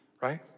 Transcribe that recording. right